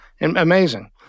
amazing